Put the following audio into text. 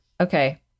Okay